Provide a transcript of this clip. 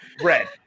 Red